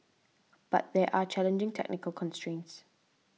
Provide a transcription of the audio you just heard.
but there are challenging technical constrains